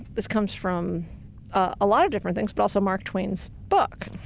this comes from a lot of different things but also mark twain's book.